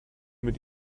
mit